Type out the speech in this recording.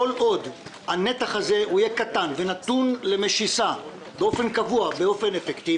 כל עוד הנתח הזה יהיה קטן ונתון למשיסה באופן קבוע ואפקטיבי,